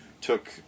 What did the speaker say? took